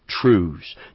truths